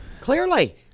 Clearly